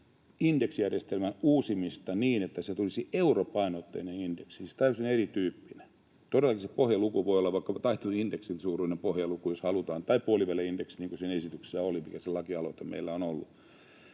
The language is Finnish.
indeksijärjestelmän uusimista niin, että siitä tulisi europainotteinen indeksi, siis täysin erityyppinen. Todellakin se pohjaluku voi olla vaikka taitetun indeksin suuruinen, jos halutaan, tai puoliväli-indeksin niin kuin siinä esityksessä oli, sehän se lakialoite meillä on ollut